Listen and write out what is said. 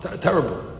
Terrible